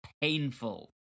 painful